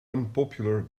unpopular